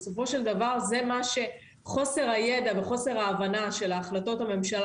בסופו של דבר חוסר הידע וחוסר ההבנה של החלטות הממשלה